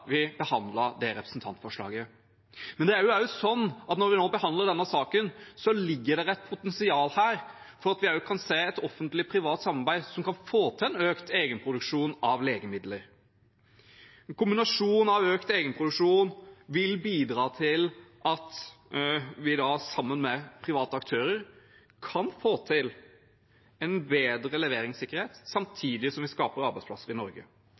vi behandlet dette representantforslaget. Men når vi nå behandler denne saken, ligger det et potensial her for at vi også kan se et offentlig-privat samarbeid som kan få til en økt egenproduksjon av legemidler. En slik kombinasjon, med økt egenproduksjon, vil bidra til at vi sammen med private aktører kan få til en bedre leveringssikkerhet, samtidig som vi skaper arbeidsplasser i Norge.